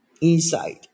inside